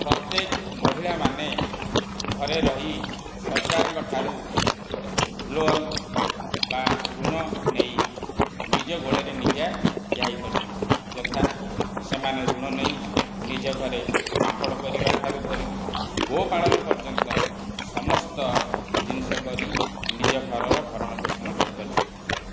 ପ୍ରତ୍ୟେକ ମହିଳାମାନେ ଘରେ ରହି ସରକାରଙ୍କଠାରୁ ଲୋନ୍ ବା ଋଣ ନେଇ ନିଜ ଗୋଡ଼ରେ ନିଜେ ଠିଆ ହୋଇପାରିଛନ୍ତି ଯଥା ସେମାନେ ଋଣ ନେଇ ନିଜ ଘରେ ପାମ୍ପଡ଼ କରିବାଠାରୁ ଧରି ଗୋପାଳନ ପର୍ଯ୍ୟନ୍ତ ସମସ୍ତ ଜିନିଷ କରି ନିଜ ଘରର ଭରଣ ପୋଷଣ କରିପାରୁଛନ୍ତି